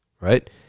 right